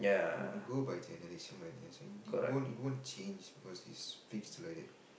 it will go by generation by generation it won't it won't change because it's fixed like that